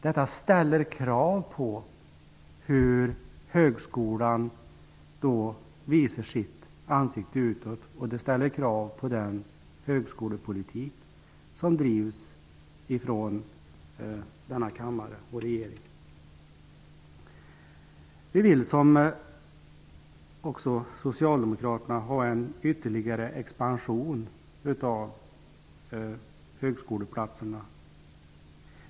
Detta ställer krav på högskolans sätt att visa sitt ansikte utåt. Det ställer också krav på den högskolepolitik som drivs från denna kammare men också från regeringens sida. Vi vill liksom Socialdemokraterna ha en ytterligare expansion av högskoleplatserna.